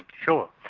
sure,